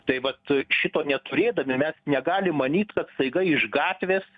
tai vat šito neturėdami mes negali manyt kad staiga iš gatvės